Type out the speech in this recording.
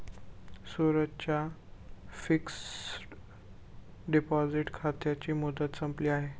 सूरजच्या fixed deposit खात्याची मुदत संपली आहे